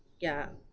yeah